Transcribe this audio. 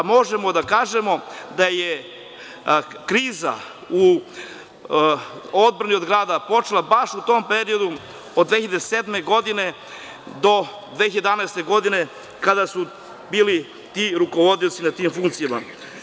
Možemo da kažemo da je kriza u odbrani od grada počela baš u tom periodu od 2007. do 2011. godine kada su bili ti rukovodioci na tim funkcijama.